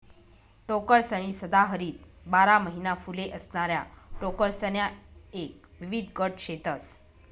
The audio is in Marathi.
टोकरसनी सदाहरित बारा महिना फुले असणाऱ्या टोकरसण्या एक विविध गट शेतस